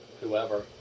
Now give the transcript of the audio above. whoever